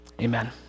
Amen